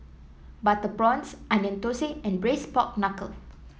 Butter Prawns Onion Thosai and Braised Pork Knuckle